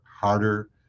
harder